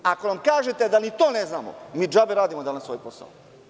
Ako nam kažete da ni to ne znamo, mi džabe danas radimo ovaj posao.